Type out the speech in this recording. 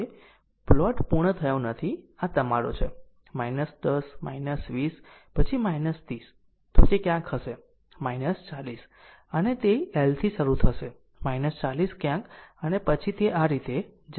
હવે પ્લોટ પૂર્ણ થયો નથી આ તમારો છે 10 20 પછી 30 તો તે ક્યાંક હશે 40 અને તે L થી શરૂ થશે 40 ક્યાંક અને પછી તે આ રીતે જશે